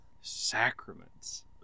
Sacraments